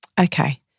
okay